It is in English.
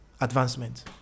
advancement